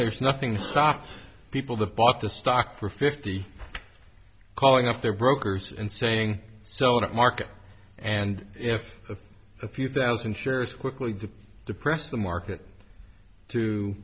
there's nothing stops people that bought the stock for fifty calling up their brokers and saying so to market and if of a few thousand shares quickly to depress the market to